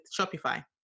shopify